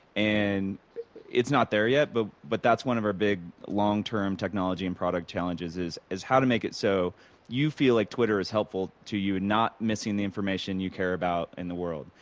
and it's not there yet, but but that's one of our big, long-term technology and product challenges, is is how to make it so you feel like twitter is helpful to you, not missing the information you care about in the world.